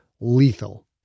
Lethal